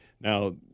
Now